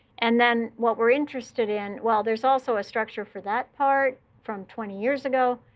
and then what we're interested in well, there's also a structure for that part from twenty years ago.